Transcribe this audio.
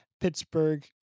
Pittsburgh